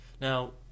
Now